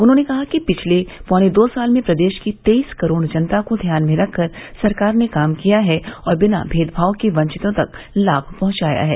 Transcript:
उन्होंने कहा कि पिछले पौने दो साल में प्रदेश की तेईस करोड़ जनता को ध्यान में रखकर सरकार ने काम किया है और बिना भेदभाव के वंचितों तक लाभ पहंचाया है